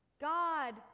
God